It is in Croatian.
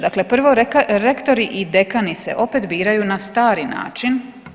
Dakle, prvo rektori i dekani se opet biraju na stari način.